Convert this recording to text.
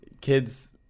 kids